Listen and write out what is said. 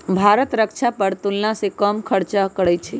भारत रक्षा पर तुलनासे कम खर्चा करइ छइ